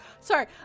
sorry